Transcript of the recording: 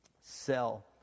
sell